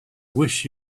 wish